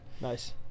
nice